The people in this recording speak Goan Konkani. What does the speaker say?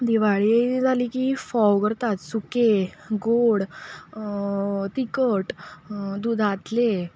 दिवाळी जाली की फोव करता सुके गोड तिकट दुदांतले